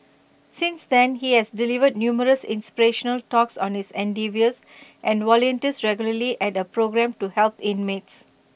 since then he has delivered numerous inspirational talks on his endeavours and volunteers regularly at A programme to help inmates